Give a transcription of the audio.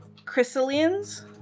chrysalians